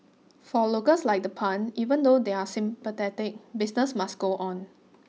for locals like the Puns even though they're sympathetic business must go on